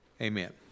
Amen